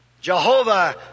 Jehovah